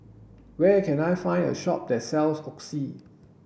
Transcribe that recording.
where can I find a shop that sells Oxy